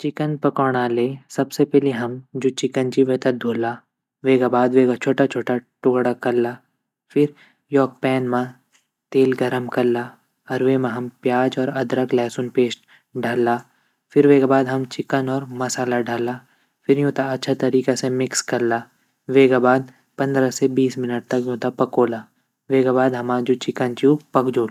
ओवन म सब्ज़ी भूनणा ले सबसे पैली हम सब्ज़ी त काट ला और एक बर्तन म रखला फिर सब्ज़ी पर हम तेल नमक और मसाला डाली के वेता अच्छा तरीक़ा से मिक्स कल्ला फिर हम सब्ज़ी त ओवन म द्वि सौ डिग्री प बीस से तीस मिनट तक भूनणों राख ला वेगा बाद हमा सब्ज़ी तैयार वे जोली।